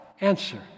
Answer